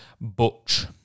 Butch